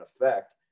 effect